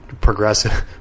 progressive